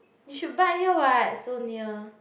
you should bike here what so near